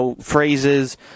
phrases